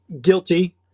Guilty